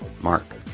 Mark